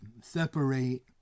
separate